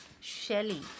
Shelley